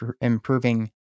improving